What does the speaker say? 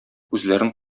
үзләрен